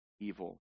evil